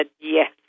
Yes